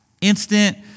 instant